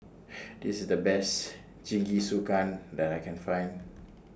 This IS The Best Jingisukan that I Can Find